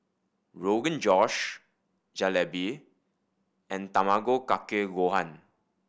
Rogan Josh Jalebi and Tamago Kake Gohan